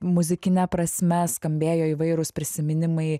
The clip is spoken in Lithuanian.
muzikine prasme skambėjo įvairūs prisiminimai